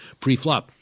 preflop